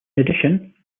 addition